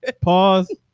pause